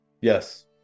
Yes